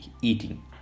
eating